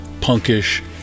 punkish